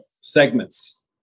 segments